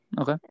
Okay